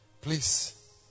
please